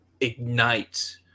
ignite